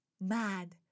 mad